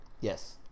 Yes